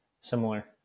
similar